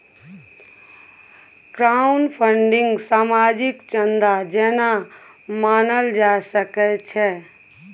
crowdfunding सामाजिक चन्दा जेना मानल जा सकै छै